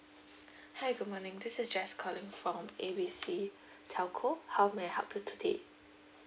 hi good morning this is jess calling from A B C telco how may I help you today